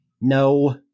No